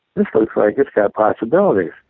this looks like it's got possibility.